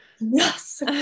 Yes